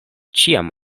ĉiam